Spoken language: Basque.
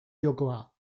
jokoa